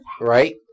Right